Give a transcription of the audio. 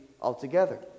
altogether